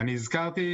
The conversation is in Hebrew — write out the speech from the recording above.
והוא אחרון הדוברים.